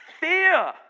Fear